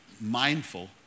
mindful